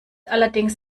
allerdings